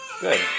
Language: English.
Good